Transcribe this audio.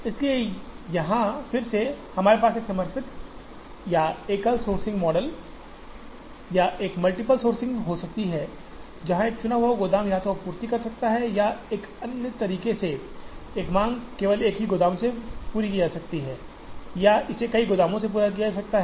इसलिए यहां फिर से हमारे पास एक समर्पित या एकल सोर्सिंग मॉडल या एक मल्टीपल सोर्सिंग हो सकती है जहां एक चुना हुआ गोदाम या तो आपूर्ति कर सकता है या किसी अन्य तरीके से एक मांग केवल एक गोदाम से पूरी तरह से मिल सकती है या इसे कई गोदामों से पूरा किया जा सकता है